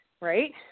right